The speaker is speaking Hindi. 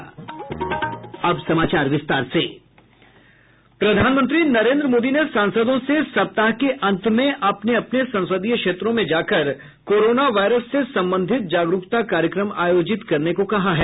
प्रधानमंत्री नरेन्द्र मोदी ने सांसदों से सप्ताह के अंत में अपने अपने संसदीय क्षेत्रों में जाकर कोरोना वायरस से संबंधित जागरूकता कार्यक्रम आयोजित करने को कहा है